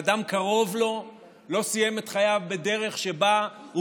שאדם קרוב לו לא סיים את חייב בדרך שבה הוא